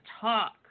talk